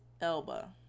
Elba